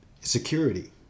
security